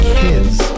kids